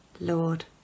Lord